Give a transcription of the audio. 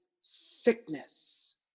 sickness